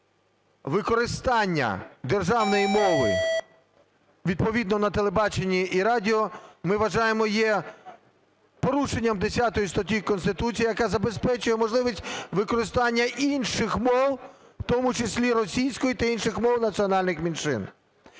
використання державної мови відповідно на телебаченні і радіо ми вважаємо є порушення 10 статті Конституції, яка забезпечує можливість використання інших мов, в тому числі російської, та інших мов національних меншин.